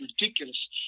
ridiculous